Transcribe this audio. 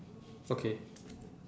okay